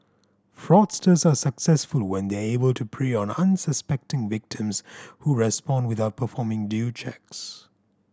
fraudsters are successful when they were able to prey on unsuspecting victims who respond without performing due checks